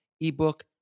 ebook